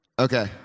Okay